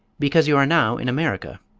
because you are now in america.